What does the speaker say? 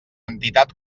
entitat